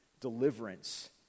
deliverance